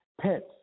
pets